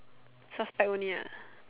suspect only ah